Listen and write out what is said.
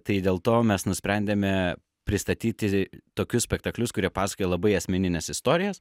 tai dėl to mes nusprendėme pristatyti tokius spektaklius kurie pasakoja labai asmenines istorijas